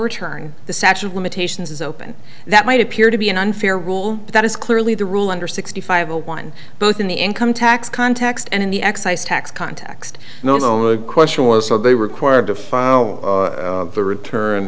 return the statue of limitations is open that might appear to be an unfair rule that is clearly the rule under sixty five a one both in the income tax context and in the excise tax context no no my question was are they required to file the return